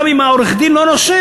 גם אם העורך-דין לא נושם,